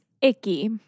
icky